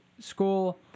school